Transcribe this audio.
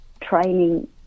training